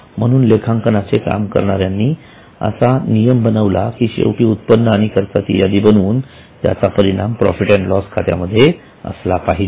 म्हणून लेखांकनाचे काम करणाऱ्यांनी असा नियम बनवला की शेवटी उत्पन्न आणि खर्चाची यादी बनवून त्याचा परिणाम प्रॉफिट अँड लॉस खात्यामध्ये असला पाहिजे